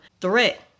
threat